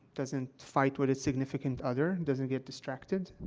doesn't fight with its significant other, and doesn't get distracted.